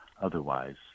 otherwise